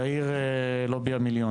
יאיר לובי המיליון